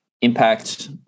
impact